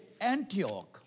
Antioch